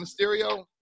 Mysterio